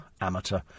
Amateur